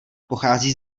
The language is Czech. pochází